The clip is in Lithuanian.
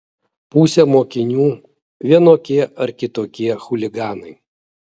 pusė mokinių vienokie ar kitokie chuliganai